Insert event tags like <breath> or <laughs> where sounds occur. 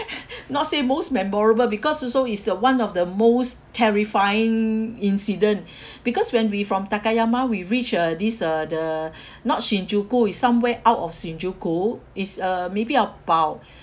<laughs> not say most memorable because also it's the one of the most terrifying incident <breath> because when we from takayama we reach uh this uh the <breath> not shinjuku it's somewhere out of shinjuku it's uh maybe about